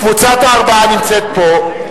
קבוצת הארבעה, נמצאת פה.